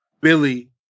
Billy